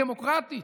דמוקרטית.